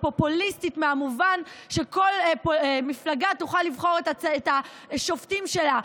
פופוליסטית במובן שכל מפלגה תוכל לבחור את השופטים שלה.